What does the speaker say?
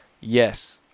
Yes